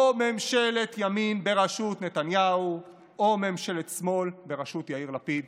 או ממשלת ימין בראשות נתניהו או ממשלת שמאל בראשות יאיר לפיד.